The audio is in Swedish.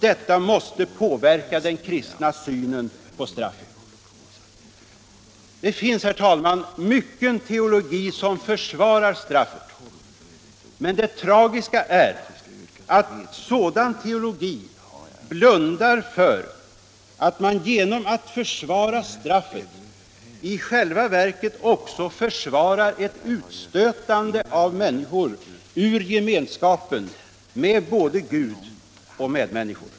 Detta måste påverka den kristna synen på straffet. Det finns, herr talman, mycken teologi som försvarar straffet. Men det tragiska är, att sådan teologi blundar för att man genom att försvara straffet i själva verket också försvarar ett utstötande av människor ur gemenskapen med både Gud och medmänniskor.